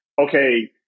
okay